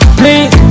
please